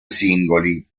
singoli